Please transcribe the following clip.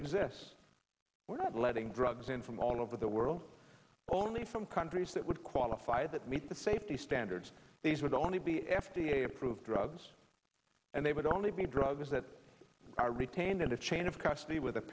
exists we're not letting drugs in from all over the world only from countries that would qualify that meet the safety standards these would only be f d a approved drugs and they would only be drugs that are retained in the chain of custody with a